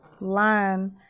line